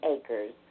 acres